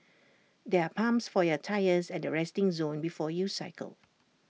there are pumps for your tyres at the resting zone before you cycle